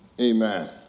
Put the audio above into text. Amen